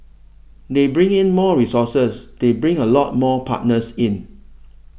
they bring in more resources they bring a lot more partners in